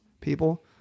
people